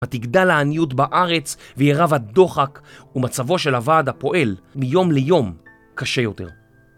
ותגדל העניות בארץ וירב הדוחק ומצבו של הוועד הפועל מיום ליום קשה יותר.